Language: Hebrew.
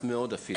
מאוד.